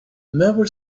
never